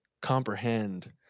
comprehend